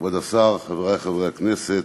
כבוד השר, חברי חברי הכנסת,